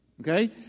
Okay